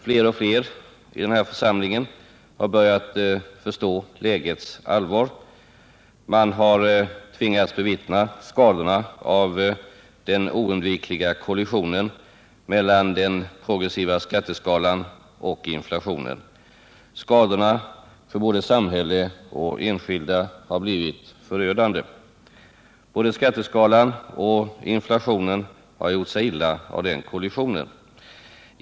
Fler och fler i denna församling har börjat förstå lägets allvar. Man har tvingats bevittna skadorna av den oundvikliga kollisionen mellan den progressiva skatteskalan och inflationen. Skadorna för både samhälle och enskilda har blivit förödande. Både skatteskalan och inflationen har påverkats i negativ riktning av den kollisionen.